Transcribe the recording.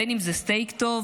בין אם זה סטייק טוב,